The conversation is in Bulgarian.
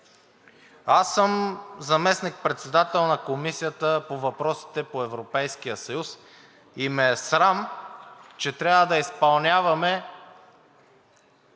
Аз съм заместник-председател на Комисията по въпросите на Европейския съюз и ме е срам, че трябва да изпълняваме